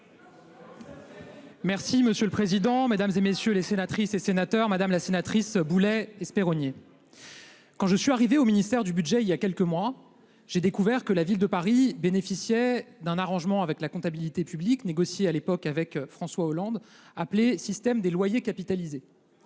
est à M. le ministre délégué chargé des comptes publics. Madame la sénatrice Boulay-Espéronnier, quand je suis arrivé au ministère du budget il y a quelques mois, j'ai découvert que la Ville de Paris bénéficiait d'un arrangement avec la comptabilité publique, négocié à l'époque avec François Hollande, appelé système des loyers capitalisés.